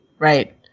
Right